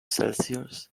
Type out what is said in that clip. celsius